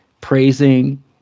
praising